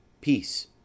peace